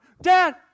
Dad